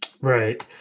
Right